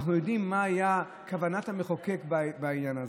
אנחנו יודעים מה הייתה כוונת המחוקק בעניין הזה.